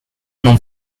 non